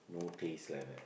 no taste like that